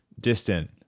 distant